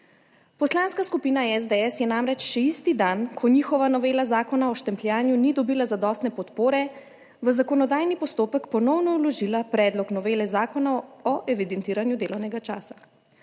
Poslanska skupina SDS je namreč še isti dan, ko njihova novela zakona o štempljanju ni dobila zadostne podpore, v zakonodajni postopek ponovno vložila Predlog novele Zakona o evidentiranju delovnega časa.